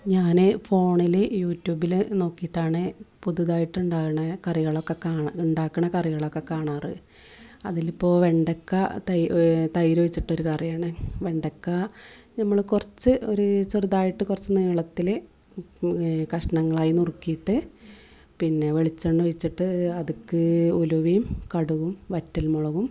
ഞാൻ ഫോണിൽ യൂട്യൂബിൽ നോക്കിയിട്ടാണ് പുതുതായിട്ട് ഉണ്ടാകണേ കറികളൊക്കെ കാണാ ഉണ്ടാക്കണകറികളൊക്കെ കാണാറ് അതിലിപ്പോൾ വെണ്ടക്ക തൈ തൈരൊഴിച്ചിട്ടൊരു കറിയാണ് വെണ്ടക്കാ ഞമ്മൾ കുറച്ച് ഒരു ചെറുതായിട്ട് കുറച്ചു നീളത്തിൽ കഷ്ണങ്ങളായി നുറുക്കിയിട്ട് പിന്നെ വെളിച്ചെണ്ണ ഒഴിച്ചിട്ട് അതിലേക്ക് ഉലുവയും കടുകും വറ്റൽമുളകും പിന്നെ